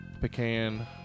pecan